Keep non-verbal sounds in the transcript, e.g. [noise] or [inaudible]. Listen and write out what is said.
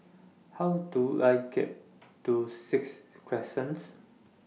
[noise] How Do I get to Sixth Crescent